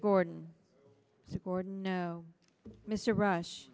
gordon gordon no mr rush